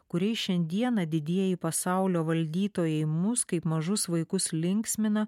kuriais šiandieną didieji pasaulio valdytojai mus kaip mažus vaikus linksmina